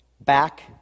Back